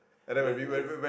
that's nice